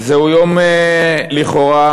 זהו יום, לכאורה,